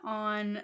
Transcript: on